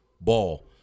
ball